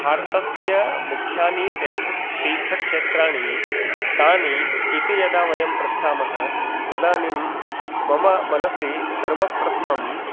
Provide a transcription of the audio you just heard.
भारतस्य मुख्यानि तीर्थ् तीर्थक्षेत्राणि कानि इति यदा वयं पृच्छामः तदानीं मम मनसि सर्वप्रथमं